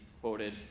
quoted